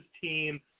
team